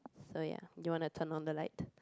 so ya you want to turn on the light